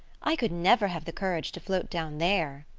i could never have the courage to float down there.